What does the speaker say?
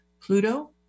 Pluto